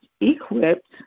equipped